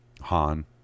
han